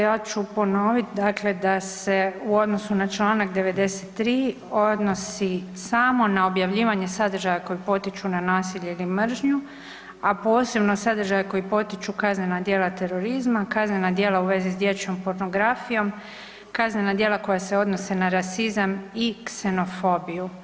Ja ću ponoviti dakle da se u odnosu na čl. 93.odnosti samo na objavljivanje sadržaja koji potiču na nasilje ili mržnju, a posebno sadržaje koji potiču kaznena djela terorizma, kaznena djela u vezi s dječjom pornografijom, kaznena djela koja se odnose na rasizam i ksenofobiju.